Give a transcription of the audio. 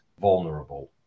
vulnerable